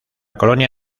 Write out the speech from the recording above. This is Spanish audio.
colonia